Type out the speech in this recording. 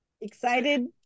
Excited